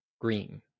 green